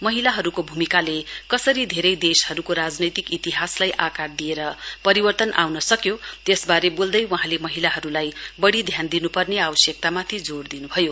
महिलाहरूको भूमिकाले कसरी धेरै देशहरूको राजनैतिक इतिहासलाई आकार दिएर परिवर्तन आउन सक्यो त्यसबारे बोल्दै वहाँले महिलाहरूलाई बढ़ी ध्यानगिनुपर्ने आवश्यकतामाथि जोड़ दिनुभयो